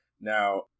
Now